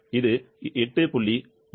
இது 8